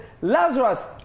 Lazarus